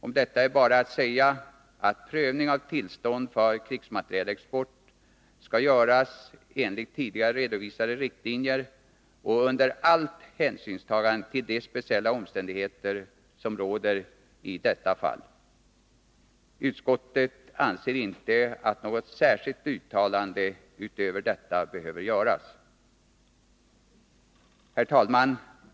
Om detta är bara att säga att prövning av tillstånd för krigsmaterielexport skall göras enligt tidigare redovisade riktlinjer och under allt hänsynstagande till de speciella omständigheter som råder i detta fall. Utskottet anser inte att något särskilt uttalande härutöver behöver göras. Herr talman!